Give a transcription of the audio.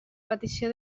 petició